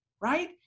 right